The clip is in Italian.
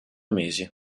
mesi